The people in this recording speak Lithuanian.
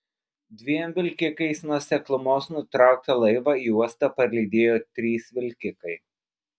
dviem vilkikais nuo seklumos nutrauktą laivą į uostą parlydėjo trys vilkikai